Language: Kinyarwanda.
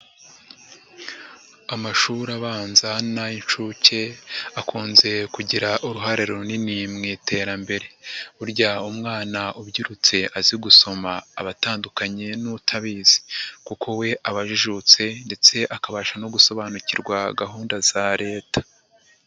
Amashuri abanza n'ay'inshuke akunze kugira uruhare runini mu iterambere, burya umwana ubyirutse azi gusoma aba atandukanye n'utabizi kuko we aba ajijutse ndetse akabasha no gusobanukirwa gahunda za leta.